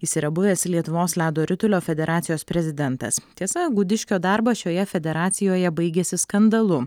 jis yra buvęs lietuvos ledo ritulio federacijos prezidentas tiesa gudiškio darbas šioje federacijoje baigėsi skandalu